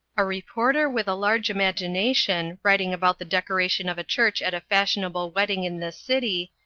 a reporter with a large imagination, writing about the decoration of a church at a fashionable wedding in this city,